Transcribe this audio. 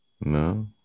No